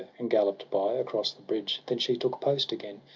and gallop'd by across the bridge then she took post again.